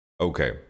Okay